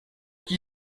qui